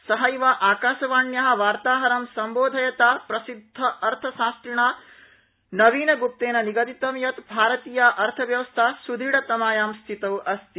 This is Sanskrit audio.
सहक्व आकाशवाण्या वार्ताहरं संबोधयता प्रसिद्धेन अर्थशस्त्रिणा नवीनग्प्तेन निगदितं यत् भारतीया अर्थव्यवस्था सुद्रढतमाया स्थितौ अस्ति